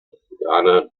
republikaner